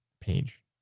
page